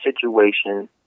situation